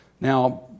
Now